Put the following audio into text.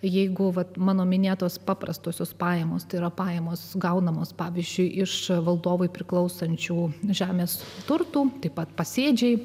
jeigu vat mano minėtos paprastosios pajamos tai yra pajamos gaunamos pavyzdžiui iš valdovui priklausančių žemės turtų taip pat pasėdžiai